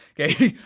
okay?